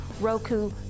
Roku